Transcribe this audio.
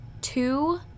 two